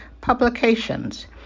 publications